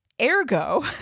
Ergo